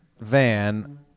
van